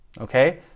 okay